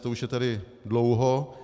To už je tady dlouho.